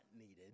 needed